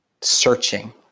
searching